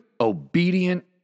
obedient